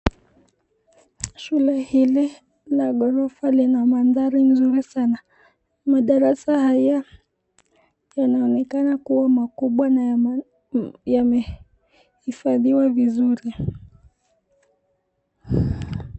Shule hili la ghorofa lina mandhari mzuri sana. Madarasa haya yanaonekana kuwa makubwa na yamehifadhiwa vizuri.